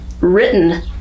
written